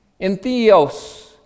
entheos